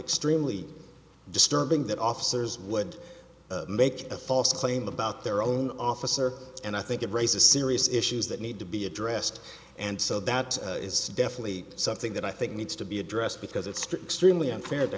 extremely disturbing that officers would make a false claim about their own officer and i think it raises serious issues that need to be addressed and so that is definitely something that i think needs to be addressed because it's to extremely unfair to